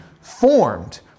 formed